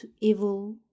evil